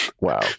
Wow